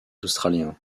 australiens